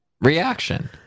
reaction